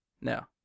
No